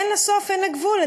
אין לה סוף ואין לה גבול,